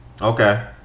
Okay